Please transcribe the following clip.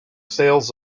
sales